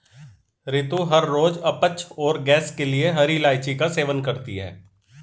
रितु हर रोज अपच और गैस के लिए हरी इलायची का सेवन करती है